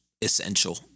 essential